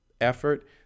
effort